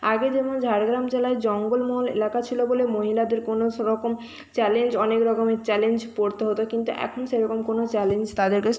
আগে যেমন ঝাড়গ্রাম জেলায় জঙ্গলমহল এলাকা ছিল বলে মহিলাদের কোনো সেরকম চ্যালেঞ্জ অনেক রকমের চ্যালেঞ্জ পড়তে হতো কিন্তু এখন সেরকম কোনো চ্যালেঞ্জ তাদেরকে